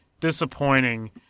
disappointing